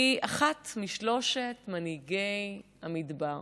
היא משלושת מנהיגי המדבר.